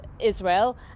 Israel